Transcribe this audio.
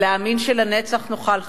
להאמין שלנצח תאכל חרב?